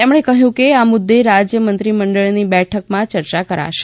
તેમણે કહ્યું કે આ મુદ્દે રાજ્ય મંત્રીમંડળની બેઠકમાં ચર્ચા કરાશે